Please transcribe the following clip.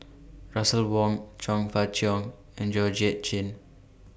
Russel Wong Chong Fah Cheong and Georgette Chen